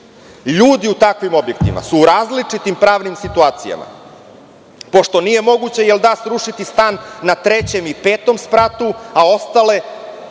Ljudi u takvim objektima su u različitim pravnim situacijama pošto nije moguće srušiti stan na trećem i petom spratu, a ostale